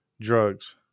drugs